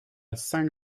cinq